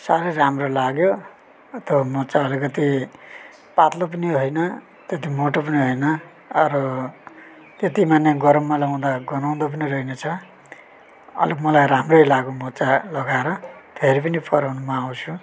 साह्रै राम्रो लाग्यो त्यो मोजा अलिकति पातलो पनि होइन त्यति मोटो पनि होइन अरू त्यति माने गरममा लाउँदा गनाउँदो पनि रहनरहेछ अलिक मलाई राम्रै लाग्यो मोजा लगाएर फेरि पनि पऱ्यो भने म आउँछु